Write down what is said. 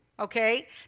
okay